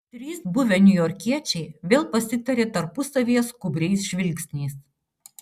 trys buvę niujorkiečiai vėl pasitarė tarpusavyje skubriais žvilgsniais